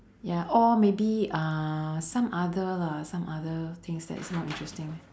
ya or maybe uh some other lah some other things that is more interesting